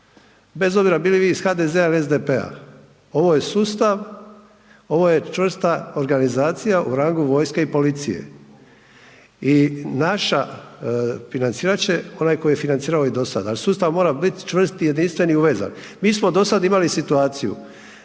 bez obzira bili vi iz HDZ-a ili SDP-a, ovo je sustav, ovo je čvrsta organizacija u rangu vojske i policije. Financirat će onaj tko je financirao i do sada, ali sustav mora biti čvrst, jedinstven i uvezan. Mi smo do sada imali situaciju,